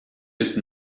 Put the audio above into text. ist